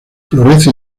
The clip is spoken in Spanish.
florece